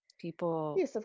People